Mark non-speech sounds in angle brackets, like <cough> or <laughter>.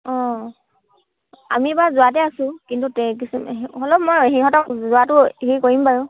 অঁ আমি বাৰু যোৱাতে আছোঁ কিন্তু <unintelligible> কিছুমান হ'লেও মই সিহঁতক যোৱাটো হেৰি কৰিম বাৰু